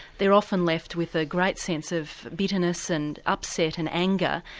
they are often left with a great sense of bitterness and upset and anger,